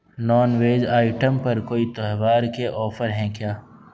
naan veg item پر کوئی تہوار کے آفر ہیں کیا